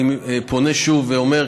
אני פונה שוב ואומר,